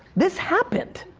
this happened,